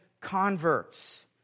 converts